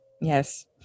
Yes